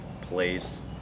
place